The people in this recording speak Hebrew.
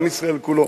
עם ישראל כולו,